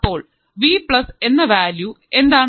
അപ്പോൾ V plus എന്ന value എന്താണ്